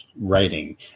writing